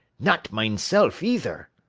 not mineself either.